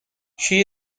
she